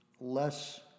less